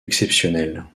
exceptionnelles